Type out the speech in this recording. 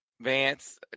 Vance